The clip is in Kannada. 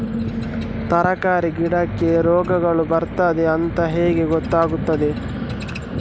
ತರಕಾರಿ ಗಿಡಕ್ಕೆ ರೋಗಗಳು ಬರ್ತದೆ ಅಂತ ಹೇಗೆ ಗೊತ್ತಾಗುತ್ತದೆ?